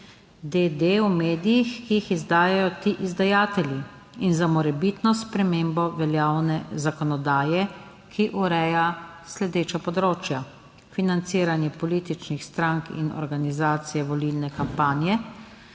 d. v medijih, ki jih izdajajo ti izdajatelji. In za morebitno spremembo veljavne zakonodaje, ki ureja področja financiranja političnih strank in organizacije volilne kampanje.